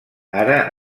ara